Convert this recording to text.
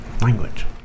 Language